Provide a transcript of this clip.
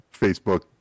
facebook